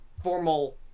formal